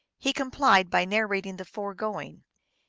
he complied by narrating the foregoing.